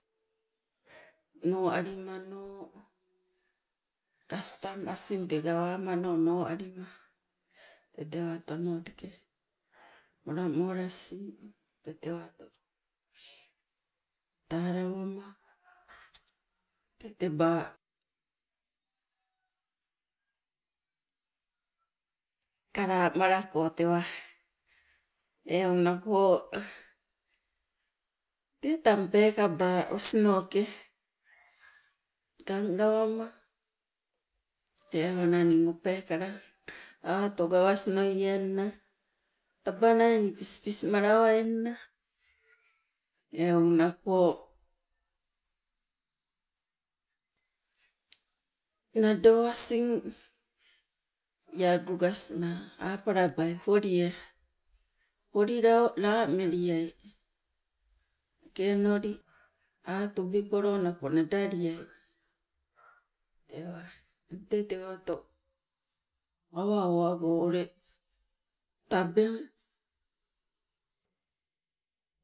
No alimano, kastang asing tee gawamano noalima te tewatono teke molamola asing tee tewato talawama tee teba kalamalako tewa eu napo tee tang peekala osinoke gang gawama tee o awananing o peekala awato gawasnoienna tabanai ni pispis malawaingna, eu napo nado asing iagugasna apalabai polie polila lameliai. Teke onoli napo atubikolo napo nandaliai tewa teng tee tewato awa owango o ule tabeng.